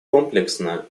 комплексно